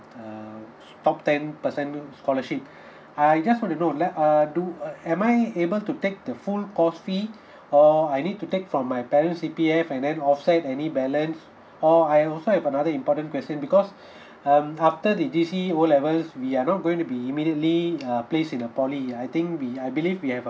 err top ten percent scholarship I just want to know that err do uh am I able to take the full course fee or I need to take from my parent's C_P_F and then offset any balance or I also have another important question because um after the G_C_E O levels we are not going to be immediately err placed in the poly I think we are I believe we have a